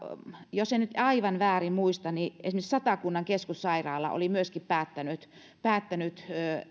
jos en nyt aivan väärin muista niin esimerkiksi satakunnan keskussairaala on myöskin päättänyt päättänyt